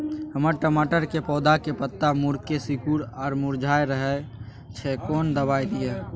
हमर टमाटर के पौधा के पत्ता मुड़के सिकुर आर मुरझाय रहै छै, कोन दबाय दिये?